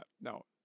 No